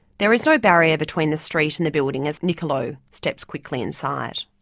there is no barrier between the street and the building as niccolo steps quickly inside.